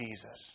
Jesus